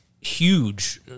huge